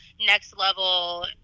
next-level